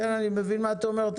אני מבין מה את אומרת,